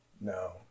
No